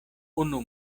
unu